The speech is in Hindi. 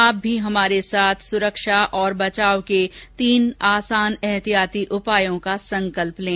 आप भी हमारे साथ सुरक्षा और बचाव के तीन आसान एहतियाती उपायों का संकल्प लें